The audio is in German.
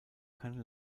keine